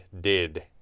did